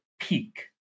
peak